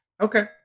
okay